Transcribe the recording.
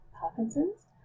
Parkinson's